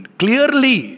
clearly